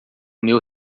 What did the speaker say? meu